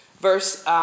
Verse